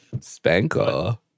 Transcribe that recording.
Spanker